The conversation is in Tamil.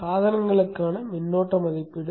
சாதனங்களுக்கான மின்னோட்ட மதிப்பீடு